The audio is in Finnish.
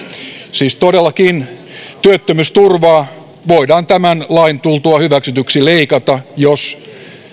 siis todellakin työttömyysturvaa voidaan tämän lain tultua hyväksytyksi leikata jos